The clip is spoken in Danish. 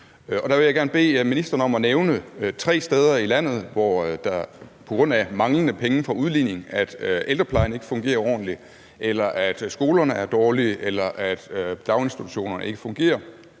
Der vil jeg gerne bede ministeren om at nævne tre steder i landet, hvor det er på grund af manglende penge fra udligningen, at ældreplejen ikke fungerer ordentligt, at skolerne er dårlige, eller at daginstitutionerne ikke fungerer,